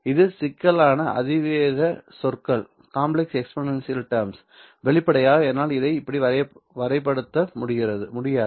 இது சிக்கலான அதிவேக சொற்கள் வெளிப்படையாக என்னால் இதை இப்படி வரைபடப்படுத்த முடியாது